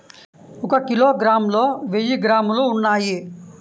ఒక కిలోగ్రామ్ లో వెయ్యి గ్రాములు ఉన్నాయి